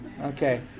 Okay